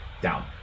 down